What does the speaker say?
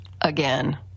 again